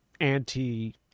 anti